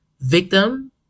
victim